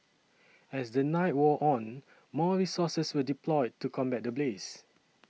as the night wore on more resources were deployed to combat the blaze